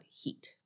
heat